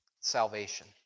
salvation